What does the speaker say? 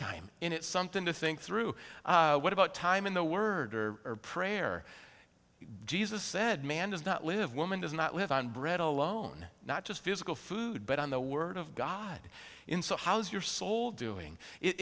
time in it's something to think through what about time in the word or prayer jesus said man does not live woman does not live on bread alone not just physical food but on the word of god in so how's your soul doing